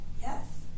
Yes